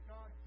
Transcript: God